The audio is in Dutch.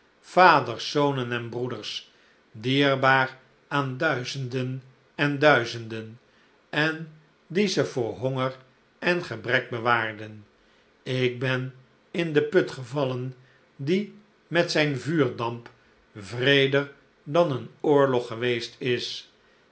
vaders zonen en breeders dierbaar a an duizenden en duizenden en die ze voor honger en gebrek bewaarden ik ben in den put gevallen die met zijn vuurdamp wreeder dan een oorlog geweest is